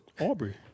Aubrey